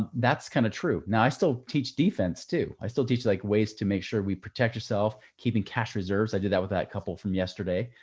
that's kind of true. now, i still teach defense too. i still teach like ways to make sure we protect yourself, keeping cash reserves. i did that with that couple from yesterday,